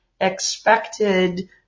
expected